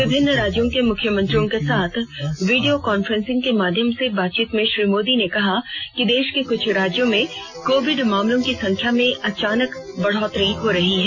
विभिन्न राज्यों के मुख्यमंत्रियों के साथ वीडियो कांफ्रेंसिंग के माध्यम से बातचीत में श्री मोदी ने कहा कि देश के कुछ राज्यों में कोविड मामलों की संख्या में अचानक बढ़ोतरी हो रही है